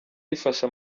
yifashe